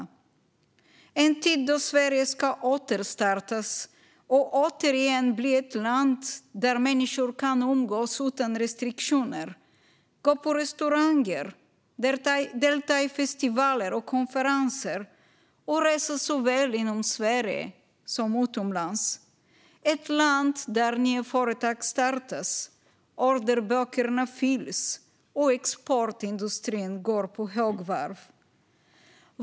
Det är en tid då Sverige ska återstartas och återigen bli ett land där människor kan umgås utan restriktioner, gå på restauranger, delta i festivaler och konferenser, och resa såväl inom Sverige som utomlands. Det är ett land där nya företag startas, orderböckerna fylls och exportindustrin går på högvarv.